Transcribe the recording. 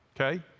okay